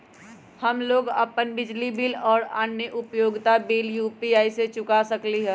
हम लोग अपन बिजली बिल और अन्य उपयोगिता बिल यू.पी.आई से चुका सकिली ह